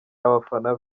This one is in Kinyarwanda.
abafana